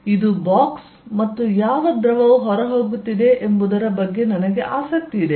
ಇದು ಪೆಟ್ಟಿಗೆ ಮತ್ತು ಯಾವ ದ್ರವವು ಹೊರಹೋಗುತ್ತಿದೆ ಎಂಬುದರ ಬಗ್ಗೆ ನನಗೆ ಆಸಕ್ತಿ ಇದೆ